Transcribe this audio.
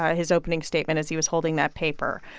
his opening statement, as he was holding that paper.